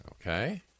Okay